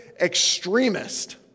extremist